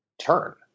turn